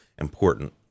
important